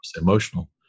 emotional